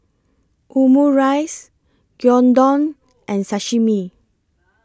Omurice Gyudon and Sashimi